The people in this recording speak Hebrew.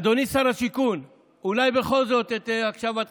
אדוני שר השיכון, אולי בכל זאת את הקשבתך,